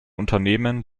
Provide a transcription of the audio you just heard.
unternehmen